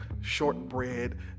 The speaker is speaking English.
shortbread